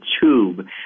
tube